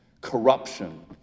corruption